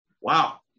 wow